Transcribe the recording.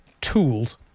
tools